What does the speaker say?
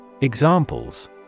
Examples